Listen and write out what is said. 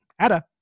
Ada